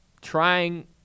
trying